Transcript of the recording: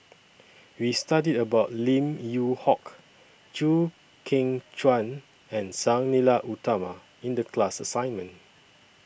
We studied about Lim Yew Hock Chew Kheng Chuan and Sang Nila Utama in The class assignment